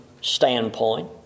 standpoint